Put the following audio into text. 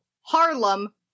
Harlem